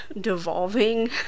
devolving